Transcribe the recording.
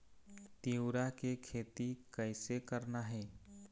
तिऊरा के खेती कइसे करना हे?